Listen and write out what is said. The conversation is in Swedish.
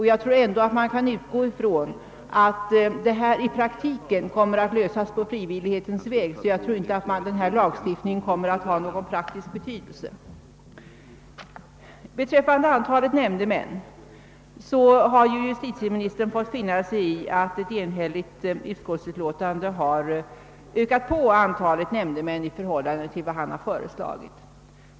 Jag förutsätter också att man i praktiken kommer att gå frivillighetens väg och att denna lagstiftning inte kommer att ha någon större praktisk betydelse. Justitieministern har fått finna sig i att ett enigt utskott har ökat antalet nämndemän i förhållande till vad han har föreslagit.